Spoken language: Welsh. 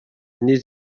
nid